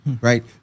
right